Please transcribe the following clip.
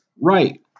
Right